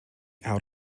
out